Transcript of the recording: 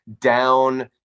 down